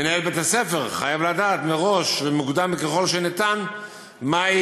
מנהל בית-הספר חייב לדעת מראש ומוקדם ככל האפשר מהי